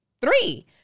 three